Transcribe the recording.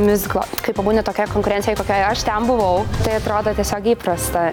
miuziklo kai pabūni tokioj konkurencijoj kokioj aš ten buvau tai atrodo tiesiog įprasta